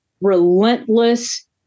relentless